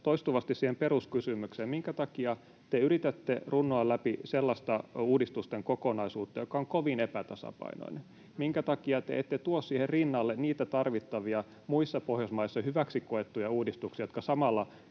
vastaamatta siihen peruskysymykseen: Minkä takia te yritätte runnoa läpi sellaista uudistusten kokonaisuutta, joka on kovin epätasapainoinen? Minkä takia te ette tuo siihen rinnalle niitä tarvittavia muissa Pohjoismaissa hyväksi koettuja uudistuksia, jotka samalla